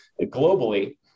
globally